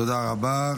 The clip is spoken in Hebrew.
תודה רבה.